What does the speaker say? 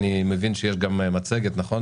אני מבין שיש גם מצגת שתוצג בפנינו.